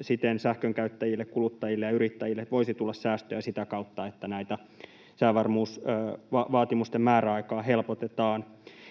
siten sähkönkäyttäjille, kuluttajille ja yrittäjille voisi tulla säästöä sitä kautta, että näiden säävarmuusvaatimusten määräaikaa helpotetaan.